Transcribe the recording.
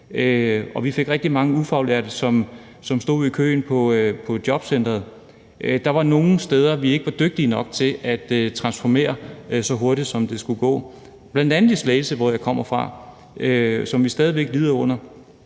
og vi fik rigtig mange ufaglærte, som stod i køen på jobcenteret, var der også nogle steder i landet, hvor vi ikke var dygtige nok til at transformere så hurtigt, som det skulle gå, bl.a. i Slagelse, hvor jeg kommer fra, og vi lider stadig væk under det.